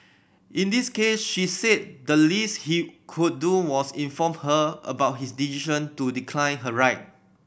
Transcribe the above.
in this case she said the least he could do was inform her about his decision to decline her ride